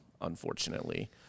unfortunately